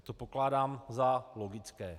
To pokládám za logické.